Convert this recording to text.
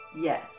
yes